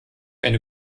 eine